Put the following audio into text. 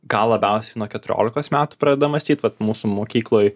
gal labiausiai nuo keturiolikos metų pradeda mąstyt vat mūsų mokykloj